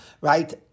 right